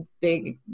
big